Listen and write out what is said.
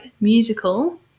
musical